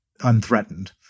unthreatened